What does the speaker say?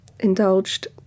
Indulged